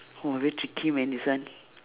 oh very tricky man this one